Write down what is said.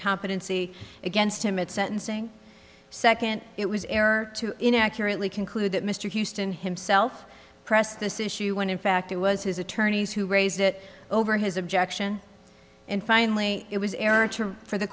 competency against him at sentencing second it was error to inaccurately conclude that mr houston himself press this issue when in fact it was his attorneys who raised it over his objection and finally it was error for the